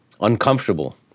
uncomfortable